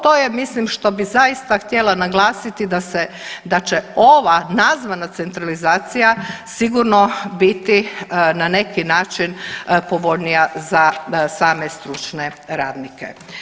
To je mislim što bi zaista htjela naglasiti da će ova nazvana centralizacija sigurno biti na neki način povoljnija za same stručne radnike.